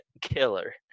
Killer